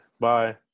Bye